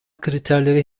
kriterleri